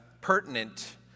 pertinent